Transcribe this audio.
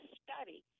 study